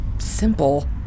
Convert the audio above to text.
Simple